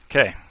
Okay